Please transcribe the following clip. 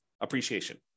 appreciation